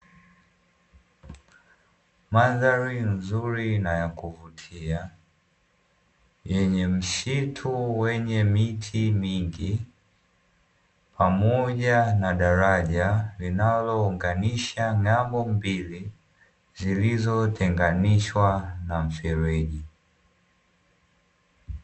Mandhari nzuri na ya kuvutia yenye msitu wenye miti mingi, pamoja na daraja linalounganisha ng’ambo mbili zilizotenganishwa na mfereji.